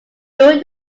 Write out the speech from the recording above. during